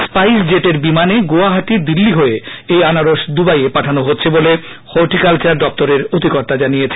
স্পাইসজেটের বিমানে গুয়াহাটি দিল্লি হয়ে এই আনারস দুবাইয়ে পাঠানো হচ্ছে বলে হর্টিকালচার দপ্তরের অধিকর্তা জানিয়েছেন